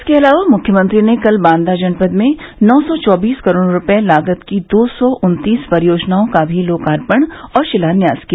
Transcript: इसके अलावा मुख्यमंत्री ने कल बांदा जनपद में नौ सौ चौबीस करोड़ रूपये लागत की दो सौ उन्तीस परियोजनाओं का भी लोकार्पण और शिलान्यास किया